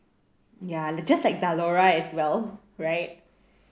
ya just like Zalora as well right